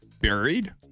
buried